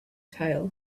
tail